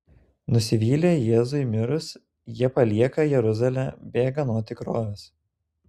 nusivylę jėzui mirus jie palieka jeruzalę bėga nuo tikrovės